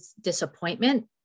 disappointment